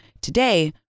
today